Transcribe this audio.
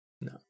No